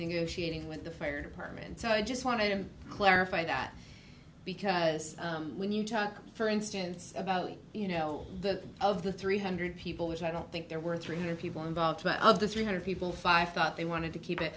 negotiating with the fire department so i just want to clarify that because when you talk for instance about you know the of the three hundred people which i don't think there were three hundred people involved to of the three hundred people five thought they wanted to keep it